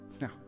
Now